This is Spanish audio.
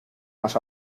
más